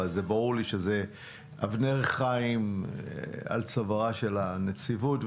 אבל ברור לי שזה --- על צווארה של הנציבות,